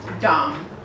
dumb